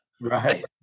Right